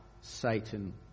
Satan